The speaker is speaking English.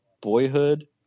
Boyhood